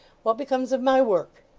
what becomes of my work!